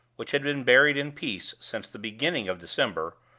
which had been buried in peace since the beginning of december,